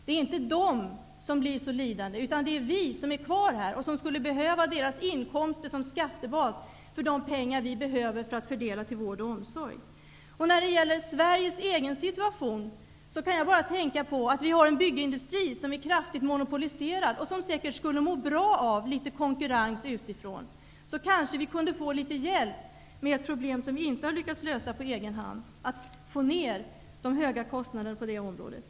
Det är inte dessa företag som blir lidande, utan det är vi som blir kvar och som skulle behöva deras inkomster som skattebas för de pengar vi behöver fördela till vård och omsorg. När det gäller Sveriges egen situation kan jag bara tänka på att vi har en byggindustri som är kraftigt monopoliserad. Den skulle säkert må bra av litet konkurrens utifrån. Då kunde vi kanske få litet hjälp med ett problem som vi inte har lyckats lösa på egen hand, nämligen att få ner de höga kostnaderna på det området.